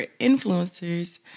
influencers